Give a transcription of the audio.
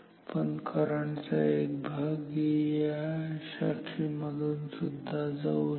पण करंट चा एक भाग या शाखेमधून सुद्धा जाऊ शकतो